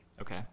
Okay